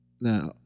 now